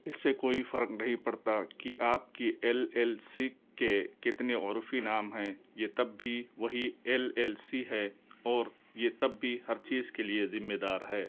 اس سے کوئی فرق نہیں پڑتا کہ آپ کی ایل ایل سی کے کتنے عرفی نام ہیں یہ تب بھی وہی ایل ایل سی ہے اور یہ تب بھی ہر چیز کے لیے ذِمّہ دار ہے